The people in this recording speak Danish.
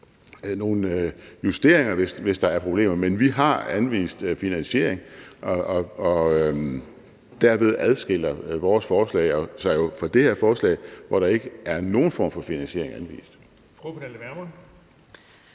nogle justeringer, hvis der er problemer. Men vi har anvist finansiering, og derved adskiller vores forslag sig jo fra det her forslag, hvor der ikke er nogen form for finansiering.